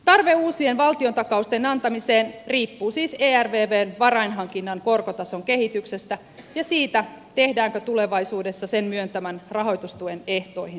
tarve uusien valtiontakausten antamiseen riippuu siis ervvn varainhankinnan korkotason kehityksestä ja siitä tehdäänkö tulevaisuudessa sen myöntämän rahoitustuen ehtoihin muutoksia